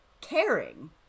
caring